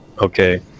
Okay